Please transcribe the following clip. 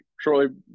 shortly